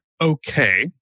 okay